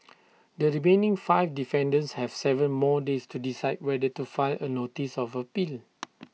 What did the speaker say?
the remaining five defendants have Seven more days to decide whether to file A notice of appeal